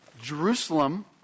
Jerusalem